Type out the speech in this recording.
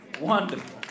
wonderful